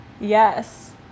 Yes